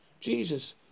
Jesus